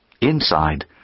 Inside